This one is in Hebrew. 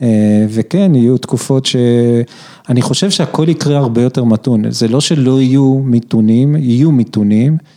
וכן, יהיו תקופות שאני חושב שהכל יקרה הרבה יותר מתון, זה לא שלא יהיו מיתונים, יהיו מיתונים.